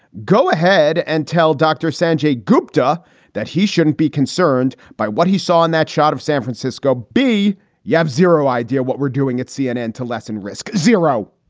go ahead and tell dr sanjay gupta that he shouldn't be concerned by what he saw in that shot of san francisco bee you have zero idea what we're doing at cnn to lessen risk. zero.